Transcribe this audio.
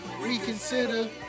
Reconsider